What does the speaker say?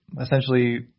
essentially